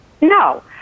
no